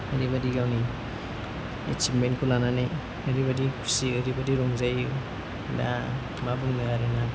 आंनिबादि गावनि एचिभमेन्तखौ लानानै ओरैबादि खुसि ओरैबादि रंजायो दा मा बुंनो आरोना